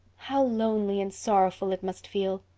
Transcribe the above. how lonely and sorrowful it must feel!